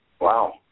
Wow